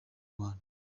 rwanda